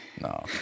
No